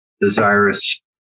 desirous